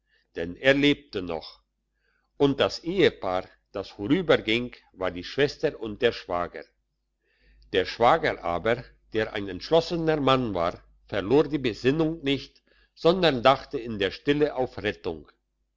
denn er lebte noch und das ehepaar das vorüberging war die schwester und der schwager der schwager aber der ein entschlossener mann war verlor die besinnung nicht sondern dachte in der stille auf rettung